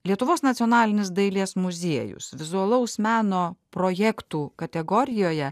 lietuvos nacionalinis dailės muziejus vizualaus meno projektų kategorijoje